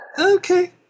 Okay